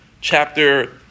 chapter